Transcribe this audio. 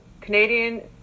canadian